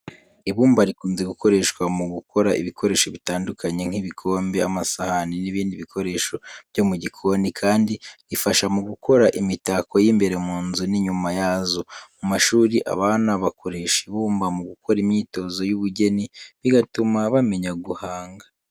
Ibumba rikunze gukoreshwa mu gukora ibikoresho bitandukanye nk'ibikombe, amasahani, n'ibindi bikoresho byo mu gikoni. Kandi rifasha mu gukora imitako y'imbere mu nzu n'inyuma yazo. Mu mashuri abana bakoresha ibumba mu gukora imyitozo y'ubugeni, bigatuma bamenya guhanga.